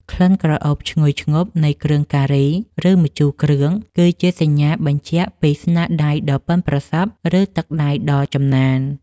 ក្លិនក្រអូបឈ្ងុយឈ្ងប់នៃគ្រឿងការី ឬម្ជូរគ្រឿង គឺជាសញ្ញាបញ្ជាក់ពីស្នាដៃដ៏ប៉ិនប្រសប់ ឬទឹកដៃដ៏ចំណាន។